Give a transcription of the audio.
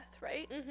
right